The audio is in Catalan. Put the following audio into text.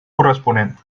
corresponent